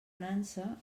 nansa